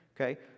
Okay